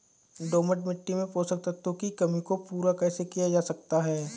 दोमट मिट्टी में पोषक तत्वों की कमी को पूरा कैसे किया जा सकता है?